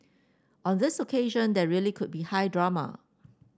on this occasion there really could be high drama